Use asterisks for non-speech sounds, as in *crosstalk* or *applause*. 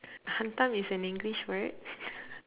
hantam is an english word *laughs*